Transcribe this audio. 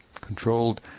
Controlled